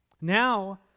Now